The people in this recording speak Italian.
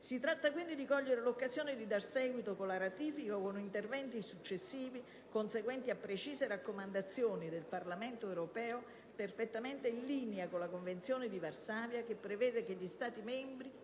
Si tratta, quindi, di cogliere l'occasione di dar seguito, con la ratifica o con interventi successivi conseguenti, a precise raccomandazioni del Parlamento europeo, perfettamente in linea con la convenzione di Varsavia, che prevede che gli stati membri